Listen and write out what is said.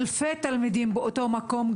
אלפי תלמידים באותו מקום,